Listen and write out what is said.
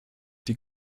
die